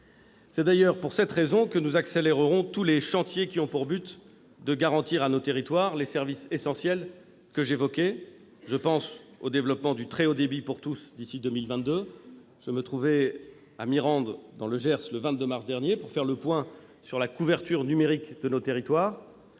C'est d'ailleurs pour cette raison que nous accélérerons tous les chantiers ayant pour but de garantir à nos territoires les services essentiels que j'évoquais. Je pense au développement du très haut débit pour tous d'ici à 2022. Je me trouvais à Mirande, dans le Gers, le 22 mars dernier, pour faire le point sur la couverture numérique de nos territoires.